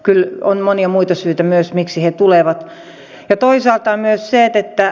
kyllä on monia syitä myös miksi he tulevat